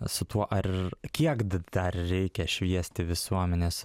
su tuo ar kiek dar reikia šviesti visuomenės